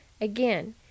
again